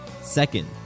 Second